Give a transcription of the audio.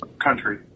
Country